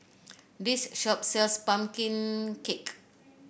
this shop sells pumpkin cake